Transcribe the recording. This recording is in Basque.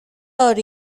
hori